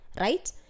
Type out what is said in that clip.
right